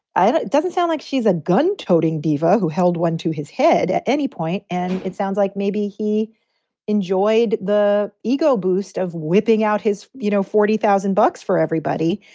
and it doesn't sound like she's a gun toting diva who held one to his head at any point. and it sounds like maybe he enjoyed the ego boost of whipping out his, you know, forty thousand bucks for everybody.